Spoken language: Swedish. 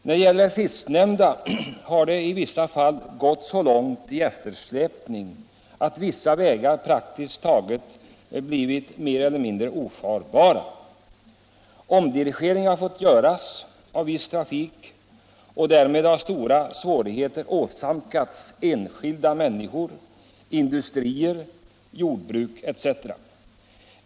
När det gäller det sistnämnda har det i vissa fall gått så långt i eftersläpning att vissa vägar blivit praktiskt taget ofarbara. Omdirigering har fått göras av viss trafik, och därmed har stora svårigheter åsamkats enskilda människor, industrier, jordbruk etc.